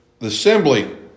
assembly